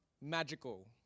magical